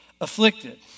afflicted